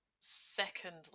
Secondly